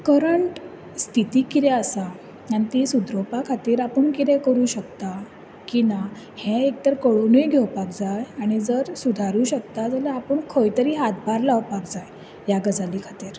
current स्तिथी किरें आसा आनी ती सुदरोवपाक खातीर आपूण किरें करू शकता की ना हे एक तर कळुनूय घेवपाक जाय आनी जर सुधारू शकता जाल्यार खंय तरी हातबार लागपाक जाय ह्या गजाली खातीर